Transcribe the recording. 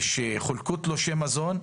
שחולקו תלושי מזון,